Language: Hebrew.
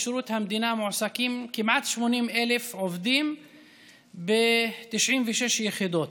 בשירות המדינה מועסקים כמעט 80,000 עובדים ב-96 יחידות,